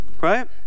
right